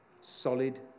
solid